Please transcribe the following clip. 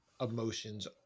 emotions